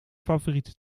favoriete